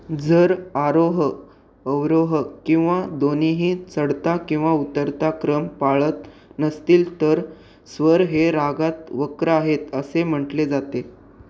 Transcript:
जर आरोह अवरोह किंवा दोन्हीही चढता किंवा उतरता क्रम पाळत नसतील तर स्वर हे रागात वक्र आहेत असे म्हटले जाते